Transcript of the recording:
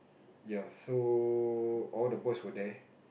ya so all the boys were there